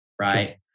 right